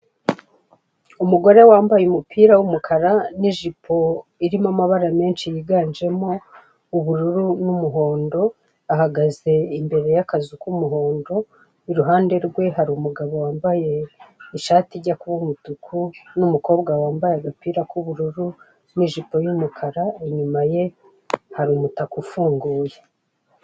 Umugore wambaye umupira w'umukara n'ijipo irimo amabara menshi higanjemo ubururu n'umuhondo, ahagaze imbere y'akazu k'umuhondo, iruhande rwe hari umugabo wambaye ishati ijya kuba umutuku n'umukobwa wambaye agapira k'ubururu n'ijipo y'umukara, inyuma ye hari umutaka ufunguye.